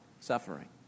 suffering